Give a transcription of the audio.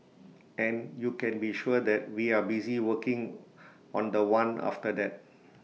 and you can be sure that we are busy working on The One after that